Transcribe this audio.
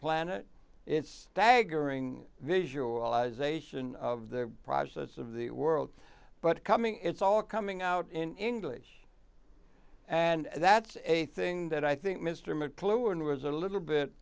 planet it's staggering visualize ation of the process of the world but coming it's all coming out in english and that's a thing that i think mr mcluhan was a little bit